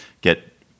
get